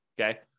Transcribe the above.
okay